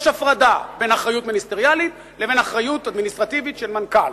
יש הפרדה בין אחריות מיניסטריאלית לבין אחריות אדמיניסטרטיבית של מנכ"ל,